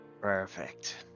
Perfect